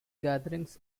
gatherings